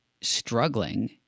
struggling